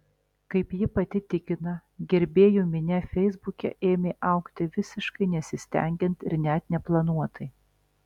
kaip ji pati tikina gerbėjų minia feisbuke ėmė augti visiškai nesistengiant ir net neplanuotai